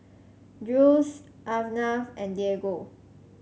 Jules Arnav and Diego